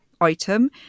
item